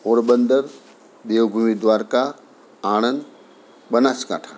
Porbandar Devbhumi Dwarka Anand Banaskantha